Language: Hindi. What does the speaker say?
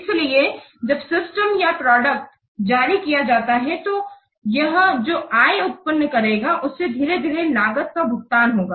इसलिए जब सिस्टम या प्रोडक्ट जारी किया जाता है तो यह जो आय उत्पन्न करेगा उससे धीरे धीरे लागत का भुगतान होगा